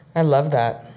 i love that.